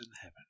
heaven